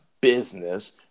business